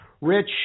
rich